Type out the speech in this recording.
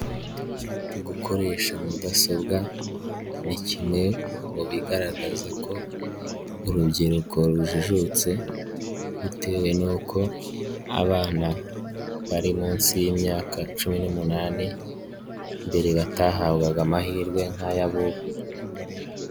Gukoresha mudasobwa ni kimwe mu bigaragaza ko urubyiruko rujijutse bitewe n'uko abana bari munsi y'imyaka cumi n'umunani, mbere batahabwaga amahirwe nk'ay'ab'ubu.